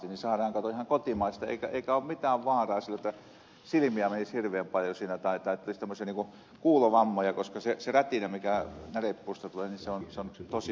saadaan katsos ihan kotimaista eikä ole mitään vaaraa sillä tavalla että silmiä menisi hirveän paljon siinä tai tulisi tämmöisiä kuulovammoja koska se rätinä mikä närepuusta tulee on tosi vähäinen